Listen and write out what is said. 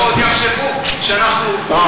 עוד יחשבו שאנחנו מתואמים.